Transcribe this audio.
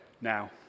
now